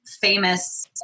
famous